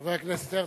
לחבר הכנסת הרצוג.